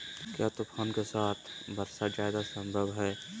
क्या तूफ़ान के साथ वर्षा जायदा संभव है?